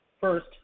First